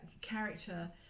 character